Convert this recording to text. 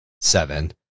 seven